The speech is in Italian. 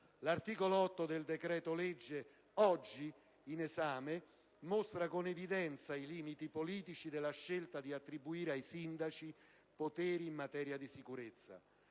L'articolo 8 del decreto-legge oggi in esame mostra con evidenza i limiti politici della scelta di attribuire ai sindaci poteri in materia di sicurezza.